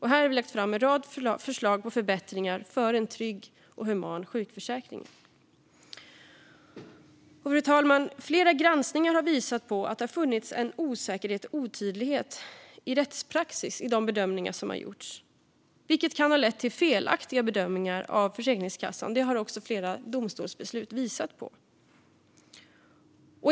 Här har vi lagt fram en rad förslag på förbättringar för en trygg och human sjukförsäkring. Fru talman! Flera granskningar har visat på att det har funnits en osäkerhet och otydlighet i rättspraxis i de bedömningar som har gjorts, vilket kan ha lett till felaktiga bedömningar av Försäkringskassan. Detta har också flera domstolsbeslut visat på.